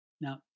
Now